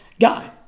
guy